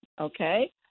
okay